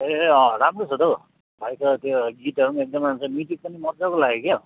ए अँ राम्रो छ त हौ भाइको त्यो गीतहरू पनि एकदम राम्रो छ म्युजिक पनि मजाको लाग्यो क्या